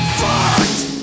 fucked